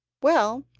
well,